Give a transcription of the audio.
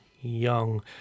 young